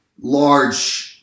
large